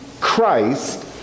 Christ